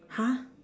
!huh!